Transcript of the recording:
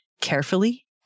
carefully